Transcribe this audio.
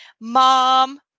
mom